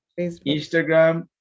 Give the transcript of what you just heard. Instagram